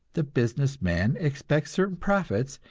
the business man expects certain profits,